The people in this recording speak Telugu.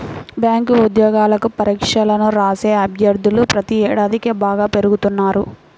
బ్యాంకు ఉద్యోగాలకు పరీక్షలను రాసే అభ్యర్థులు ప్రతి ఏడాదికీ బాగా పెరిగిపోతున్నారు